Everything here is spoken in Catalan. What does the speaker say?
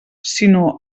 sinó